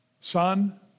son